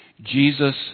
Jesus